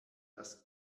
dass